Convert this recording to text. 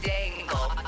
Dangle